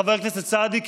חבר הכנסת סעדי,